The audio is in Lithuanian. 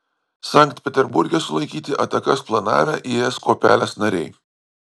sankt peterburge sulaikyti atakas planavę is kuopelės nariai